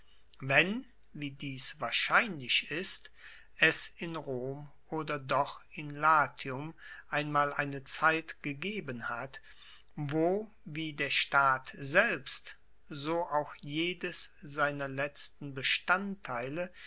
wenn wie dies wahrscheinlich ist es in rom oder doch in latium einmal eine zeit gegeben hat wo wie der staat selbst so auch jedes seiner letzten bestandteile